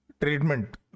Treatment